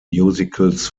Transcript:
musicals